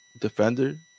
defender